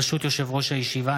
ברשות יושב-ראש הישיבה,